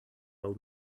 all